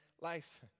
life